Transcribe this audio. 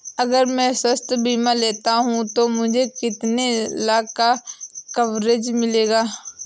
अगर मैं स्वास्थ्य बीमा लेता हूं तो मुझे कितने लाख का कवरेज मिलेगा?